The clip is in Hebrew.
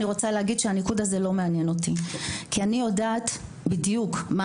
אני רוצה להגיד שהניקוד הזה לא מעניין אותי כי אני יודעת בדיוק מה